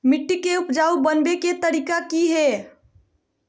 मिट्टी के उपजाऊ बनबे के तरिका की हेय?